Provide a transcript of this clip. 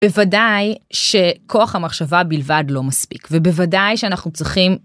בוודאי שכוח המחשבה בלבד לא מספיק ובוודאי שאנחנו צריכים